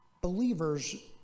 believers